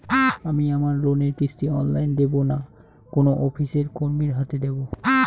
আমি আমার লোনের কিস্তি অনলাইন দেবো না কোনো অফিসের কর্মীর হাতে দেবো?